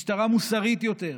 משטרה מוסרית יותר,